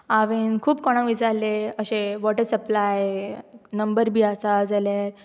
हांवें खूब कोणाक विचारले अशें वॉटर सप्लाय नंबर बी आसा जाल्यार